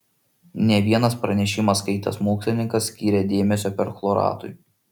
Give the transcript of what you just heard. ne vienas pranešimą skaitęs mokslininkas skyrė dėmesio perchloratui